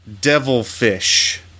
Devilfish